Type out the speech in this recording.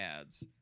ads